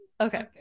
Okay